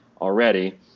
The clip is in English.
already